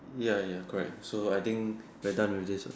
ya ya correct so I think we're done with this ah